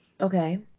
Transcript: okay